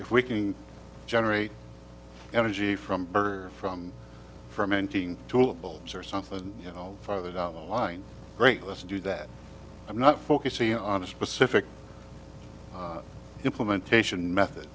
if we can generate energy from birth from fermenting tulip bulbs or something you know farther down the line great let's do that i'm not focusing on a specific implementation method